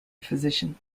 physician